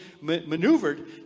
maneuvered